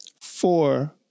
four